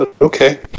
Okay